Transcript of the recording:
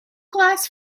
glass